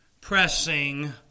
pressing